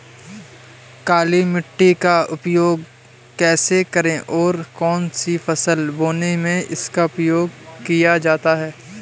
काली मिट्टी का उपयोग कैसे करें और कौन सी फसल बोने में इसका उपयोग किया जाता है?